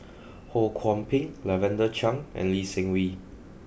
Ho Kwon Ping Lavender Chang and Lee Seng Wee